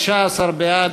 19 בעד,